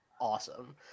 awesome